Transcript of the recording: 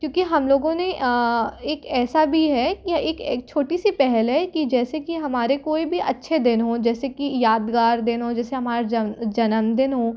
क्योंकि हम लोगों ने एक ऐसा भी है यह एक एक छोटी सी पहल है कि जैसे कि हमारे कोई भी अच्छे दिन हों जैसे कि यादगार दिन हो जैसे हमारा जन्मदिन हो